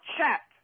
Chat